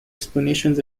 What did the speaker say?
explanations